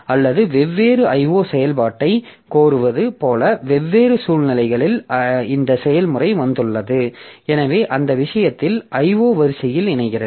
அல்லது வெவ்வேறு IO செயல்பாட்டைக் கோருவது போல வெவ்வேறு சூழ்நிலைகளில் இந்த செயல்முறை வந்துள்ளது எனவே அந்த விஷயத்தில் அது IO வரிசையில் இணைகிறது